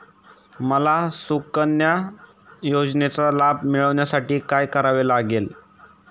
मला सुकन्या योजनेचा लाभ मिळवण्यासाठी काय करावे लागेल?